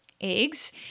eggs